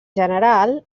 general